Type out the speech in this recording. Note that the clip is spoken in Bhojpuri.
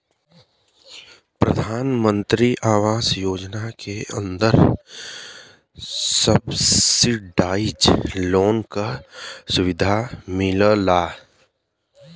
प्रधानमंत्री आवास योजना के अंदर सब्सिडाइज लोन क सुविधा मिलला